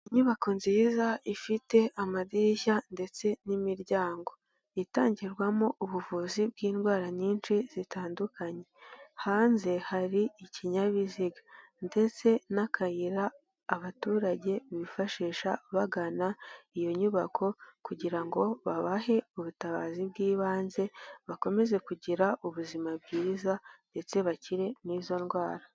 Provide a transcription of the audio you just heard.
Inyubako nziza ifite amadirishya ndetse n'imiryango. Itangirwamo ubuvuzi bw'indwara nyinshi zitandukanye. Hanze hari ikinyabiziga ndetse n'akayira abaturage bifashisha bagana iyo nyubako kugira ngo babahe ubutabazi bw'ibanze, bakomeze kugira ubuzima bwiza ndetse bakire n'izo ndwara.